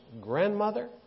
grandmother